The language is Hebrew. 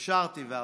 התקשרתי ואמרתי.